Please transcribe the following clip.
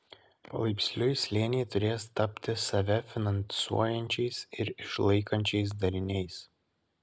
palaipsniui slėniai turės tapti save finansuojančiais ir išlaikančiais dariniais